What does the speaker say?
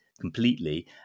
completely